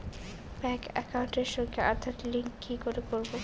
Bank একাউন্টের সঙ্গে Aadhaar link কি করে করবো?